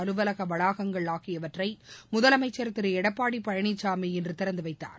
அலுவலகவளாகங்கள் ஆகியவற்றைமுதலமைச்சர் திருஎடப்பாடிபழனிசாமி இன்றுதிறந்துவைத்தார்